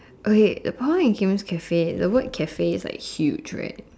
okay the problem in Kim's Cafe is the word Cafe is like huge right